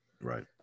Right